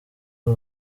uwo